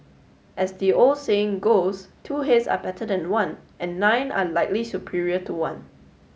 as the old saying goes two heads are better than one and nine are likely superior to one